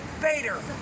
Bader